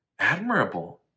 admirable